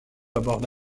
aborde